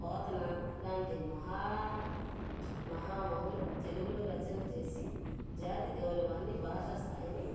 పోతన లాంటి మహా మహామహులు తెలుగులో రచనలు చేసి జాతి గౌరవాన్ని భాషా స్థాయిని